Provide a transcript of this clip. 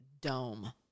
dome